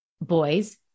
boys